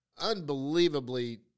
unbelievably